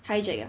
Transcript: hijack ah